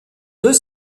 deux